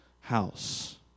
house